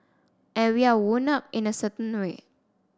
and we are wound up in a certain way